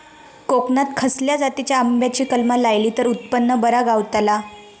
कोकणात खसल्या जातीच्या आंब्याची कलमा लायली तर उत्पन बरा गावताला?